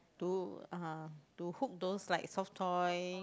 do uh to hook those like soft toy